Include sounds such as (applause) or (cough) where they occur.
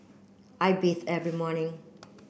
I bathe every morning (noise)